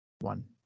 one